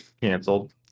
canceled